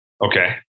Okay